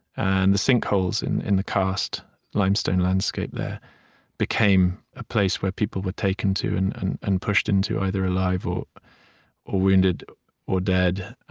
and the sinkholes in in the cast limestone landscape there became a place where people were taken to and and and pushed into, either alive or or wounded or dead.